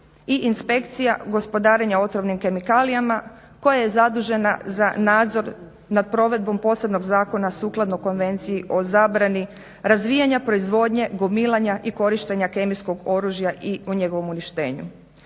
i inspekcija gospodarenja otrovnim kemikalijama koja je zadužena za nadzor nad provedbom posebnog zakona sukladno Konvenciji o zabrani razvijanja proizvodnje, gomilanja i korištenja kemijskog oružja i o njegovom uništenju.